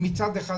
מצד אחד,